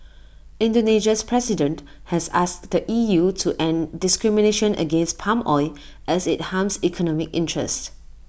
Indonesia's president has asked the E U to end discrimination against palm oil as IT harms economic interests